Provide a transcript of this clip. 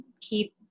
keep